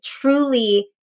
truly